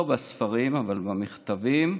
לא בספרים, אבל במכתבים,